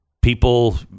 people